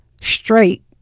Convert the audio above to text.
straight